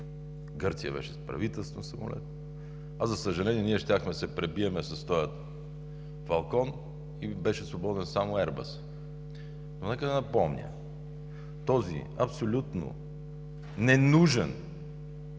Гърция беше с правителствен самолет, а, за съжаление, ние щяхме да се пребием с този „Фалкон“ и беше свободен само „Еърбъс“. Но нека да напомня, този абсолютно ненужен